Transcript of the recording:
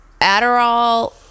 Adderall